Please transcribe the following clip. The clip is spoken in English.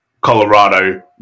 Colorado